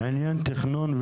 עניין תכנון,